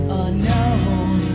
unknown